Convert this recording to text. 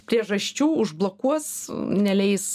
priežasčių užblokuos neleis